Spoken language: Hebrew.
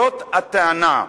זאת הטענה.